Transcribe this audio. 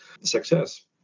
success